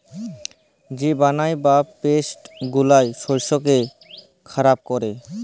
যে বালাই বা পেস্ট গুলা শস্যকে খারাপ ক্যরে